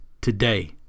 today